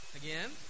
again